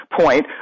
point